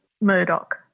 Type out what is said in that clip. Murdoch